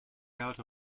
out